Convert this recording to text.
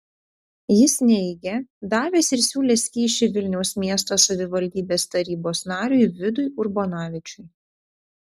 jis neigė davęs ir siūlęs kyšį vilniaus miesto savivaldybės tarybos nariui vidui urbonavičiui